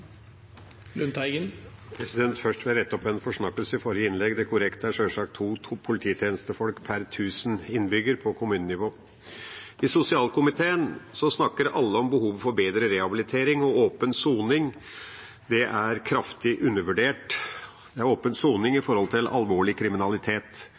Lundteigen har hatt ordet to ganger tidligere og får ordet til en kort merknad, begrenset til 1 minutt. Først vil jeg rette opp en forsnakkelse i forrige innlegg. Det korrekte er sjølsagt to polititjenestefolk per tusen innbyggere på kommunenivå. I arbeids- og sosialkomiteen snakker alle om behovet for bedre rehabilitering og åpen soning. Åpen soning